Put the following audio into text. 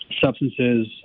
substances